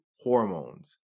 hormones